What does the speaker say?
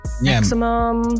Maximum